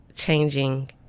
changing